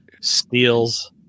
steals